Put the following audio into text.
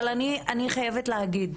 אני חייבת להגיד,